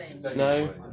no